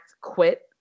quit